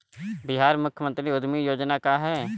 बिहार मुख्यमंत्री उद्यमी योजना का है?